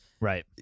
Right